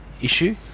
issue